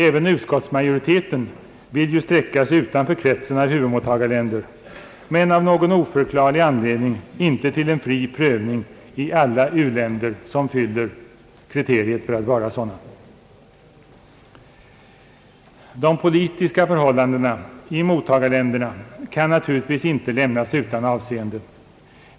Även utskottsmajoriteten vill ju sträcka sig utanför kretsen av huvudmottagarländer men av någon oförklarlig anledning inte till en fri prövning i alla u-länder. De politiska förhållandena i mottagarlandet kan naturligtvis inte lämnas utan avseende.